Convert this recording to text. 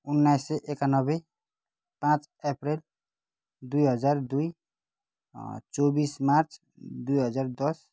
उन्नाइस सय एकानब्बे पाँच अप्रेल दुई हजार दुई चौबीस मार्च दुई हजार दस